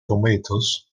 tomatoes